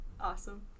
Awesome